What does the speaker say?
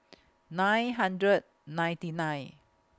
nine hundred ninety nine